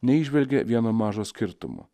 neįžvelgė vieno mažo skirtumo